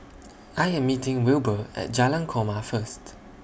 I Am meeting Wilbur At Jalan Korma First